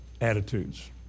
attitudes